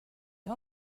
har